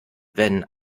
wenn